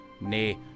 Nay